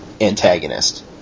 antagonist